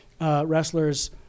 wrestlers